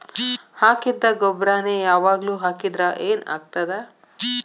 ಹಾಕಿದ್ದ ಗೊಬ್ಬರಾನೆ ಯಾವಾಗ್ಲೂ ಹಾಕಿದ್ರ ಏನ್ ಆಗ್ತದ?